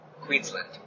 Queensland